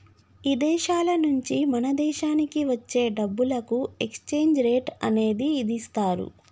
ఇదేశాల నుంచి మన దేశానికి వచ్చే డబ్బులకు ఎక్స్చేంజ్ రేట్ అనేది ఇదిస్తారు